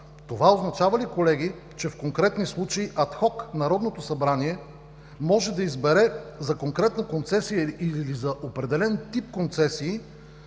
Това означава ли, колеги, че в конкретния случай Народното събрание адхок може да избере за конкретна концесия или за определен тип концесии